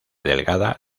delgada